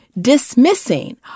Dismissing